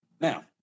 now